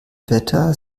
wetter